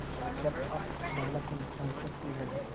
ಡೆಬ್ಟ್ of developing countries ಅಂದ್ರೇನು?